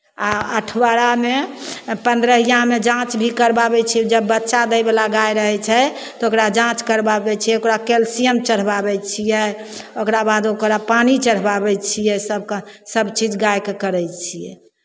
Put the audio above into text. आ अठवारामे पन्द्रहिआमे जाँच भी करवाबै छियै जब बच्चा दयवला गाय रहै छै तऽ ओकरा जाँच करवाबै छै ओकरा कैल्सियम चढ़वाबै छियै ओकरा बाद ओकरा पानि चढ़वाबै छियै सभके सभचीज गायकेँ करै छियै